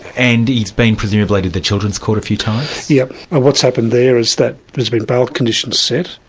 and he's been presumably to the children's court a few times? yes. and what's happened there is that there's been bail conditions set,